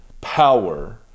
power